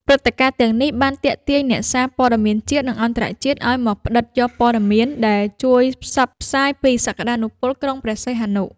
ព្រឹត្តិការណ៍ទាំងនេះបានទាក់ទាញអ្នកសារព័ត៌មានជាតិ និងអន្តរជាតិឱ្យមកផ្ដិតយកពត៌មាន ដែលជួយផ្សព្វផ្សាយពីសក្ដានុពលក្រុងព្រះសីហនុ។